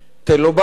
תן לו בית,